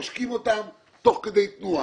עושקים אותם תוך כדי תנועה.